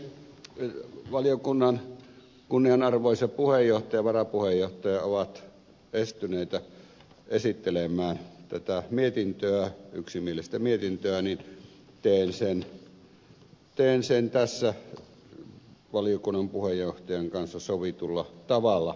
kun valiokunnan kunnianarvoisa puheenjohtaja ja varapuheenjohtaja ovat estyneitä esittelemään tätä yksimielistä mietintöä niin teen sen tässä valiokunnan puheenjohtajan kanssa sovitulla tavalla